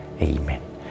Amen